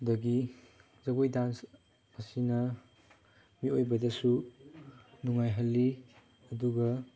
ꯑꯗꯒꯤ ꯖꯒꯣꯏ ꯗꯥꯟꯁ ꯑꯁꯤꯅ ꯃꯤꯑꯣꯏꯕꯗꯁꯨ ꯅꯨꯡꯉꯥꯏꯍꯜꯂꯤ ꯑꯗꯨꯒ